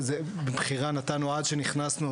מבחירה נתנו אז עד שנכנסנו,